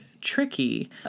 tricky